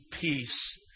peace